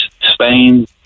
Spain